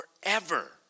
forever